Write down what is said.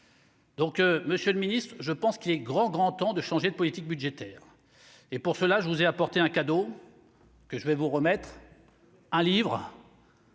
Donc, Monsieur le Ministre, je pense qu'il est grand, grand temps de changer de politique budgétaire et pour cela je vous ai apporté un cadeau. Ce que je vais vous remettre un livre